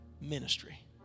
ministry